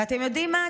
ואתם יודעים מה?